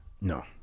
No